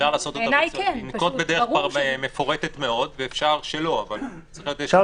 אפשר לנקוט בדרך מפורטת מאוד ואפשר שלא אבל צריכה להיות אחידות.